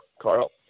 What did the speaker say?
Carl